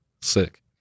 Sick